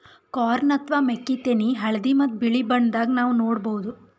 corn ಅಥವಾ ಮೆಕ್ಕಿತೆನಿ ಹಳ್ದಿ ಮತ್ತ್ ಬಿಳಿ ಬಣ್ಣದಾಗ್ ನಾವ್ ನೋಡಬಹುದ್